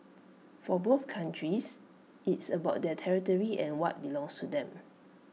for both countries it's about their territory and what belongs to them